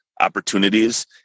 opportunities